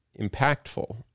Impactful